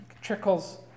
trickles